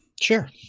Sure